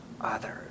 others